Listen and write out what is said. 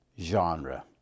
genre